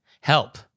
Help